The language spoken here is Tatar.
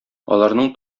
аларның